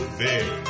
big